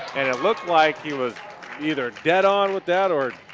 looked like he was either dead on with that or